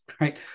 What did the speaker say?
right